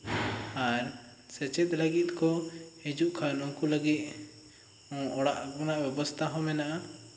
ᱟᱨ ᱥᱮᱪᱮᱫ ᱞᱟᱹᱜᱤᱫ ᱠᱚ ᱦᱤᱡᱩᱜ ᱠᱷᱟᱱ ᱩᱱᱠᱩ ᱞᱟᱹᱜᱤᱫ ᱚᱲᱟᱜ ᱨᱮᱱᱟᱜ ᱵᱮᱵᱚᱥᱛᱷᱟ ᱦᱚᱸ ᱢᱮᱱᱟᱜᱼᱟ ᱟᱨ